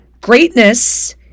Greatness